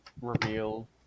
reveal